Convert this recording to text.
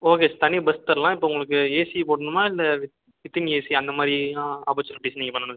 okay தனி bus தரலாம் இப்போ உங்களுக்கு ஏசி போடனுமா இல்லை வித்தின் ஏஸி அந்த மாதிரி ஆப்பர்ச்சுனிட்டிஸ் நீங்கள் பண்ணனும்